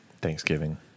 Thanksgiving